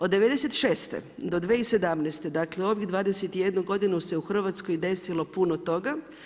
Od '96. do 2017., dakle ovih 21 godinu se u Hrvatskoj desilo puno toga.